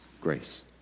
grace